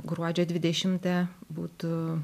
gruodžio dvidešimtą būtų